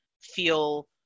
feel